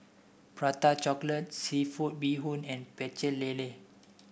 Prata Chocolate seafood Bee Hoon and Pecel Lele